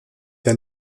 der